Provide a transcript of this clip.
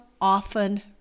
often